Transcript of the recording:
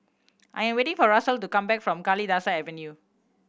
I am waiting for Russel to come back from Kalidasa Avenue